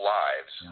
lives